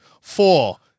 four